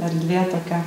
erdvė tokia